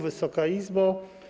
Wysoka Izbo!